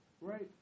Right